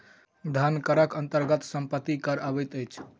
धन करक अन्तर्गत सम्पत्ति कर अबैत अछि